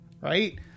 Right